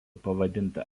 pavadinta